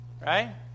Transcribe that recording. Right